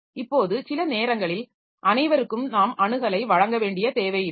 இப்போது சில நேரங்களில் அனைவருக்கும் நாம் அணுகலை வழங்க வேண்டிய தேவை இருக்கும்